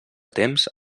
temps